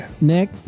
Nick